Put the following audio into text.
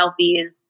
selfies